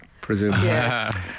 presumably